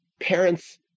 Parents